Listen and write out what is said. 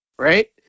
right